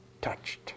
touched